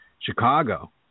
Chicago